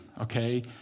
okay